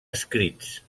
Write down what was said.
escrits